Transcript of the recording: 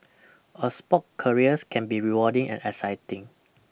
a spork careers can be rewarding and exciting